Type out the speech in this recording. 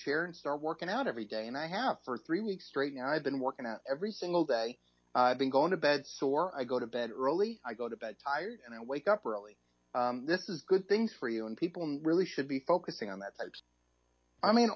chair and start working out every day and i have for three weeks straight now i've been working out every single day been going to bed sore i go to bed early i go to bed tired and i wake up early this is good things for you and people really should be focusing on that i mean